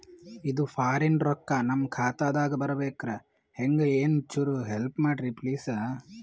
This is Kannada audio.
ಇದು ಫಾರಿನ ರೊಕ್ಕ ನಮ್ಮ ಖಾತಾ ದಾಗ ಬರಬೆಕ್ರ, ಹೆಂಗ ಏನು ಚುರು ಹೆಲ್ಪ ಮಾಡ್ರಿ ಪ್ಲಿಸ?